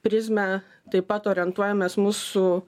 prizmę taip pat orientuojamės mūsų